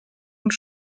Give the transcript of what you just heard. und